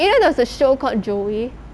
you know there's a show called joey